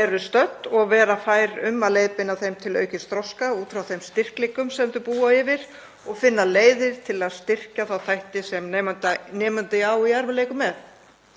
eru stödd og að vera fær um að leiðbeina þeim til aukins þroska og út frá þeim styrkleikum sem þau búa yfir og finna leiðir til að styrkja þá þætti sem nemandi á í erfiðleikum með.